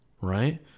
right